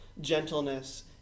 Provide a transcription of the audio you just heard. gentleness